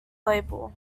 label